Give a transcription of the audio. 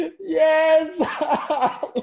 Yes